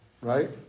right